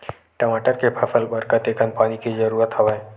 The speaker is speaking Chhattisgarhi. टमाटर के फसल बर कतेकन पानी के जरूरत हवय?